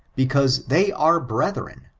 because they are breduren,